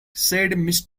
said